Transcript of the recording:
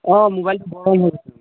অ মোবাইলটো গৰম